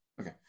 okay